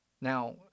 Now